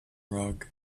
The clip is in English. rug